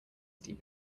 deep